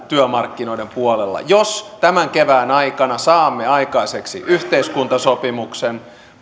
työmarkkinoiden puolella jos tämän kevään aikana saamme aikaiseksi yhteiskuntasopimuksen